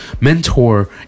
mentor